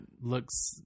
looks